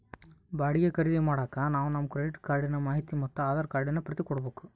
ಬಾಡಿಗೆ ಖರೀದಿ ಮಾಡಾಕ ನಾವು ನಮ್ ಕ್ರೆಡಿಟ್ ಕಾರ್ಡಿನ ಮಾಹಿತಿ ಮತ್ತೆ ಆಧಾರ್ ಕಾರ್ಡಿನ ಪ್ರತಿ ಕೊಡ್ಬಕು